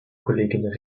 kollegin